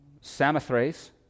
Samothrace